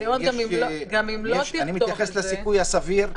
אני מתייחס לסיכוי הסביר.